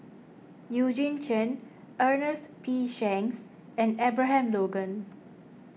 Eugene Chen Ernest P Shanks and Abraham Logan